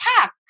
pack